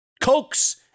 Cokes